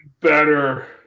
better